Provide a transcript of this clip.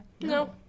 No